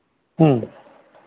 ᱦᱩᱸ